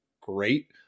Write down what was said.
great